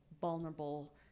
vulnerable